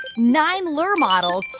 nine lure modules.